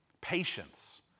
Patience